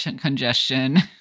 congestion